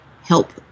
help